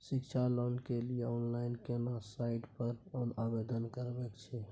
शिक्षा लोन के लिए ऑनलाइन केना साइट पर आवेदन करबैक छै?